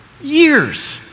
years